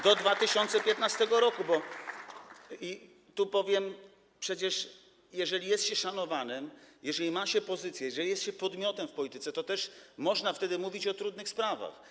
Do 2015 r. I powiem, że przecież jeżeli jest się szanowanym, jeżeli ma się pozycję, jeżeli jest się podmiotem w polityce, to można wtedy mówić o trudnych sprawach.